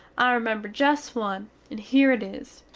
i remember just one, and here it is,